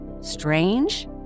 Strange